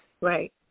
Right